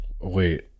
Wait